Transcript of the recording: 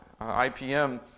IPM